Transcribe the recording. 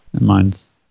mine's